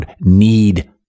need